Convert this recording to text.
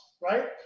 right